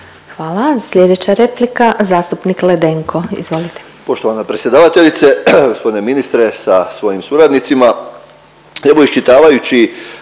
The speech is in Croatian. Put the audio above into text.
Hvala. Slijedeća replika zastupnik Ledenko, izvolite.